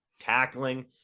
tackling